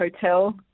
hotel